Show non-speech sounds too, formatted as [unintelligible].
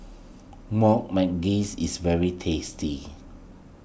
[unintelligible] Manggis is very tasty